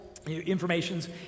information's